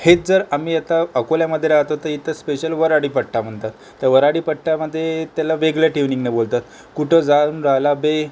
हेच जर आम्ही आता अकोल्यामध्ये राहतो तर इथं स्पेशल वऱ्हाडी पट्टा म्हणतात तर वऱ्हाडी पट्ट्यामध्ये त्याला वेगळ्या ट्युनिंगने बोलतात कुठं जाऊन राहिला बे